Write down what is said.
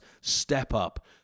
step-up